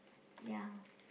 ya